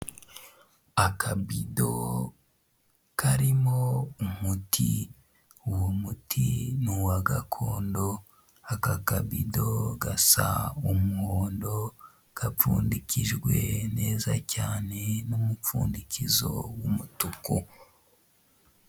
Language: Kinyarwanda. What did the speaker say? Akabido karimo umuti, uwo muti ni uwa gakondo, akakabido gasa umuhondo, gapfundikijwe neza cyane n'umupfundikizo w'umutuku.